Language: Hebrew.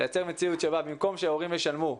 לייצר מציאות שבה במקום שההורים ישלמו,